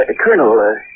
Colonel